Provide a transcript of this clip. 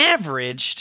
averaged